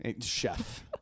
chef